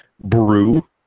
Brew